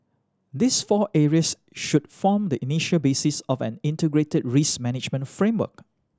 these four areas should form the initial basis of an integrated risk management framework